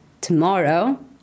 tomorrow